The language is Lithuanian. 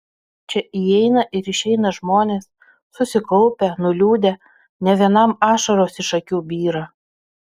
čia įeina ir išeina žmonės susikaupę nuliūdę ne vienam ašaros iš akių byra